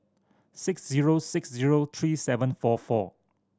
six zero six zero three seven four four